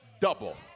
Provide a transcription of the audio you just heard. double